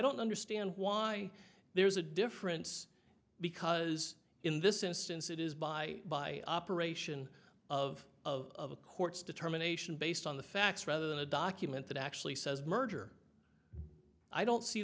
don't understand why there is a difference because in this instance it is by by operation of of a court's determination based on the facts rather than a document that actually says merger i don't see